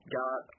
got